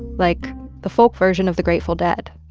like the folk version of the grateful dead.